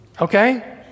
Okay